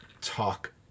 talk